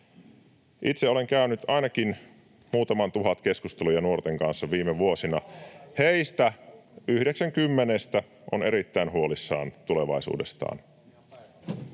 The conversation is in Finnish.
Itse olen käynyt ainakin muutaman tuhat keskustelua nuorten kanssa viime vuosina. Heistä yhdeksän kymmenestä on erittäin huolissaan tulevaisuudestaan.